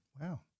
Wow